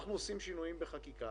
ואנחנו עושים שינויים בחקיקה.